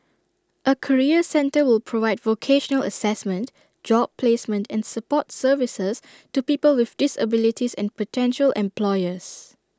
A career centre will provide vocational Assessment job placement and support services to people with disabilities and potential employers